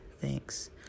Thanks